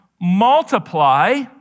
multiply